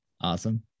Awesome